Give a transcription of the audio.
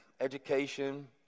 education